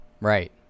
right